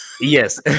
yes